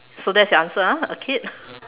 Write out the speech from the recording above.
so that's your answer ah a kid